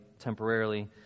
temporarily